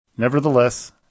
Nevertheless